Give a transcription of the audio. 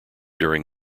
during